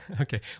Okay